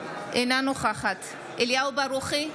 אינה נוכחת אליהו ברוכי,